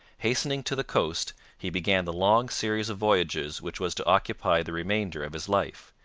hastening to the coast, he began the long series of voyages which was to occupy the remainder of his life.